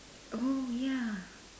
oh ya